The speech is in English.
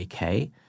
AK